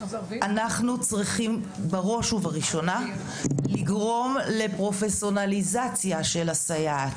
אנחנו צריכים בראש ובראשונה לגרום לפרופסונלזיציה של הסייעת,